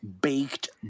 baked